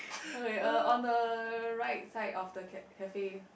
okay uh on the right side of the ca~ cafe